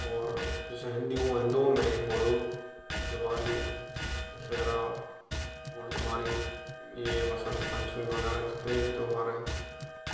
और जैसे हिंदुओं हिंदुओं में होली दिवाली दशहरा गुरुद्वारे ये बसंत पंचमी वगैरह जितने भी त्योहार है